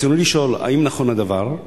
ברצוני לשאול: האם נכון הדבר?